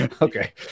okay